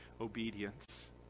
obedience